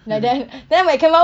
like that then when I came out